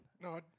No